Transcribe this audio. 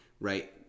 right